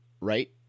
right